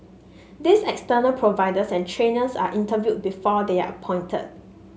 these external providers and trainers are interviewed before they are appointed